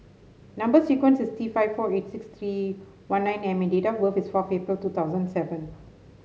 number sequence is T five four eight six three one nine M and date of birth is four April two thousand seven